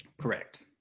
Correct